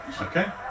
okay